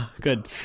Good